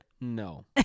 no